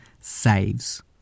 saves